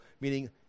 meaning